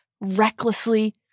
recklessly